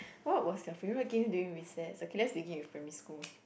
what was your favourite game during recess oh let's begin with primary school